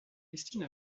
instead